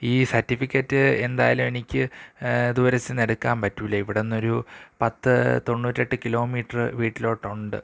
ഈ സർട്ടിഫിക്കറ്റ് എന്തായാലും എനിക്ക് ദൂരസിന്ന് എടുക്കാ പറ്റൂല്ല ഇവിടുന്നൊരു പത്ത് തൊണ്ണൂറ്റെട്ട് കിലോ മീറ്ററ് വീട്ടിലോട്ടുണ്ട്